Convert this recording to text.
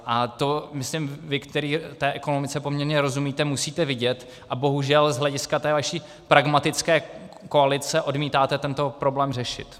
A to, myslím, vy, který té ekonomice poměrně rozumíte, musíte vidět a bohužel z hlediska té vaší pragmatické koalice odmítáte tento problém řešit.